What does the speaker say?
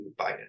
Biden